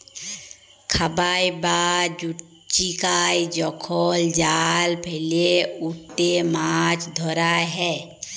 খাবাই বা জুচিকাই যখল জাল ফেইলে উটতে মাছ ধরা হ্যয়